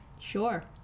Sure